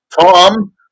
Tom